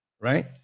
right